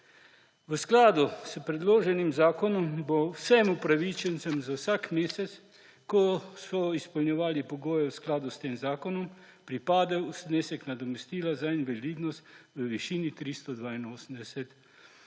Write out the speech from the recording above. V skladu s predloženim zakonom bo vsem upravičencem za vsak mesec, ko so izpolnjevali pogoje v skladu s tem zakonom, pripadel znesek nadomestila za invalidnost v višini 382,32